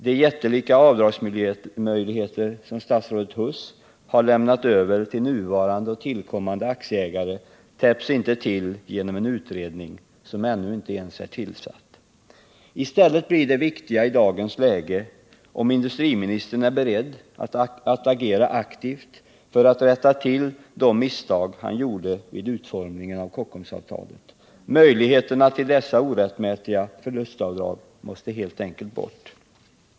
De jättelika avdragsmöjligheter som statsrådet Huss har lämnat över till nuvarande och tillkommande aktieägare täpps inte till genom en utredning som ännu inte ens är tillsatt. I stället blir det viktiga i dagens läge om industriministern är beredd att agera aktivt för att rätta till de misstag han gjorde vid utformningen av Kockumsavtalet. Möjligheterna till dessa orättmätiga förlustavdrag måste helt enkelt bort.